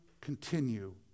continue